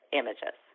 images